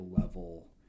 level